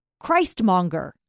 Christmonger